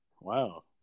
Wow